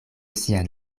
sian